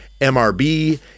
MRB